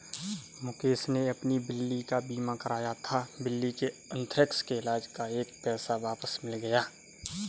मुकेश ने अपनी बिल्ली का बीमा कराया था, बिल्ली के अन्थ्रेक्स के इलाज़ का एक एक पैसा वापस मिल गया